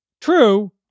True